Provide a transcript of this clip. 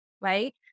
right